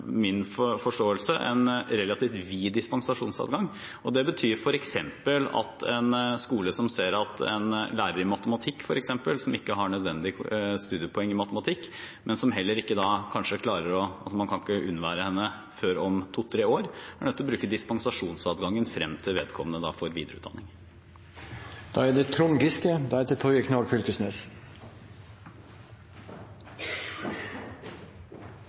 min forståelse en relativt vid dispensasjonsadgang. Det betyr f.eks. at en skole som ser at en lærer i matematikk som ikke har nødvendige studiepoeng i matematikk, men som man ikke kan unnvære før om to–tre år, er nødt til å bruke dispensasjonsadgangen frem til vedkommende får videreutdanning. Jeg synes statsråden svarer bedre som kirkeminister enn som utdanningsminister, og det